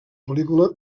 pel·lícula